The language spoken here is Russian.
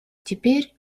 теперь